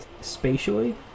spatially